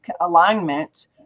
alignment